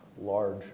large